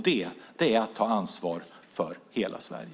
Det är att ta ansvar för hela Sverige.